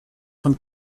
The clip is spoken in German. von